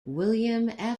william